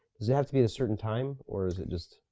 does it have to be at a certain time? or is it just?